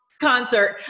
concert